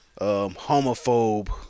Homophobe